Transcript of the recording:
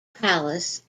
palace